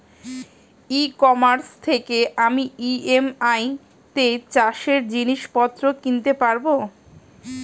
ই commerce থেকে আমি EMI তে চাষে জিনিসপত্র কিনতে পারব?